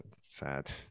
sad